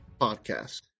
podcast